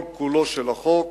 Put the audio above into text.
כל כולו של החוק